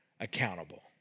accountable